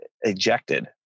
ejected